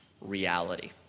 reality